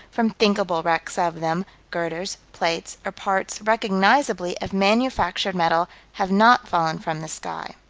from thinkable wrecks of them, girders, plates, or parts recognizably of manufactured metal have not fallen from the sky.